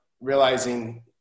realizing